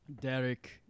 Derek